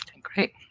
Great